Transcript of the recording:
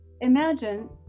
imagine